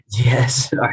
Yes